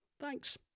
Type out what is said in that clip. Thanks